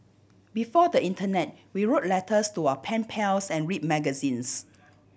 before the internet we wrote letters to our pen pals and read magazines